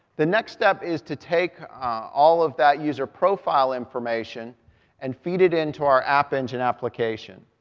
the next step is to take all of that user profile information and feed it into our app engine application.